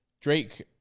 Drake